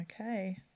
okay